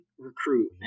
Recruit